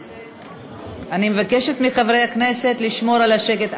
אני מבקשת מחברי הכנסת לשמור על השקט.